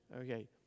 Okay